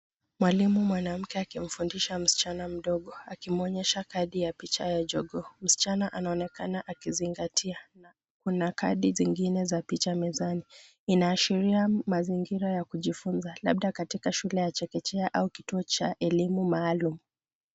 Mwalimu mwanamke akimfundisha msichana mdogo akimuoyesha kadi ya picha ya jogoo, msichana anaonyesha akionekana kuzingatia, kuna kadi zingine za picha mezani, ina ashiria mazingira ya kujifunza labda katika chuo ya chekechea au kituo cha elimu maalum.